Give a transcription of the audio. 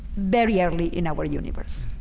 very early in our universe.